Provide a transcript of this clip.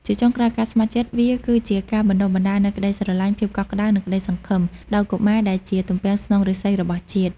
ជាចុងក្រោយការស្ម័គ្រចិត្តវាគឺជាការបណ្ដុះបណ្ដាលនូវក្ដីស្រឡាញ់ ភាពកក់ក្ដៅ និងក្ដីសង្ឃឹម ដល់កុមារដែលជាទំពាំងស្នងឫស្សីរបស់ជាតិ។